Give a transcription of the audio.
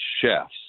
chefs